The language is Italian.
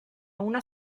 una